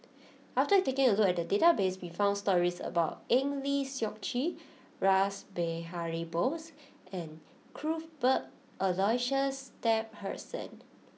after taking a look at the database we found stories about Eng Lee Seok Chee Rash Behari Bose and Cuthbert Aloysius Shepherdson